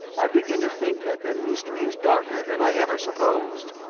i begin to think that the mystery is darker than i ever supposed.